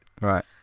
Right